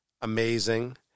Amazing